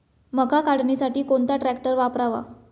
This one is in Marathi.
मका काढणीसाठी कोणता ट्रॅक्टर वापरावा?